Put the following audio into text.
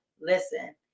listen